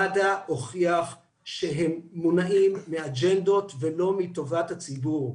מד"א הוכיח שהם מונעים מאג'נדות ולא מטובת הציבור.